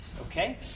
okay